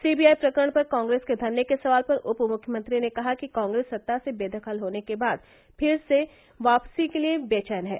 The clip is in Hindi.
सीबीआई प्रकरण पर कांग्रेस के धरने के सवाल पर उपमुख्यमंत्री ने कहा कि कांग्रेस सत्ता से बेदखल होने के बाद फिर वापसी के लिए बेवैन है